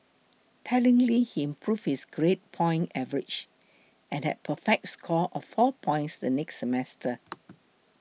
tellingly he improved his grade point average and had a perfect score of four points the next semester